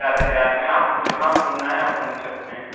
चार हज़ार में आपको जहाँ घूमना है आप घूम सकते हैं